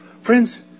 Friends